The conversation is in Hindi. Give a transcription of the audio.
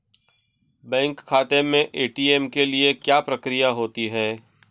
बैंक खाते में ए.टी.एम के लिए क्या प्रक्रिया होती है?